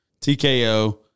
TKO